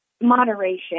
moderation